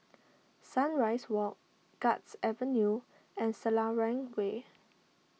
Sunrise Walk Guards Avenue and Selarang Way